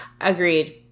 agreed